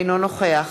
אינו נוכח